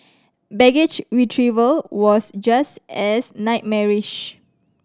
baggage retrieval was just as nightmarish